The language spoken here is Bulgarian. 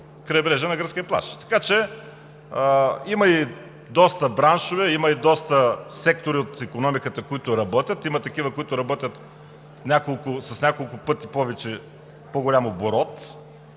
крайбрежие, на гръцкия плаж. Има и доста браншове, и доста сектори от икономиката, които работят – има такива, които работят с няколко пъти по-голям оборот.